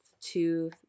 two